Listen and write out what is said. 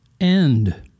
end